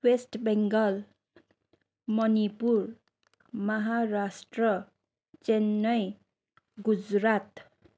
west Bengal Manipur Maharashtra Chennai Gujarat